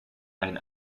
ein